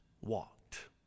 walked